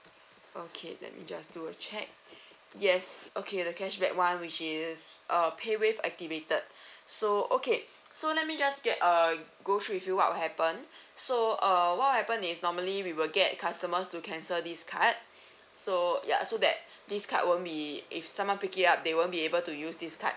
okay let me just do a check yes okay the cashback one which is uh PayWave activated so okay so let me just get uh go through with you what'll happen so uh what'll happen is normally we will get customers to cancel this card so ya so that this card won't be if someone pick it up they won't be able to use this card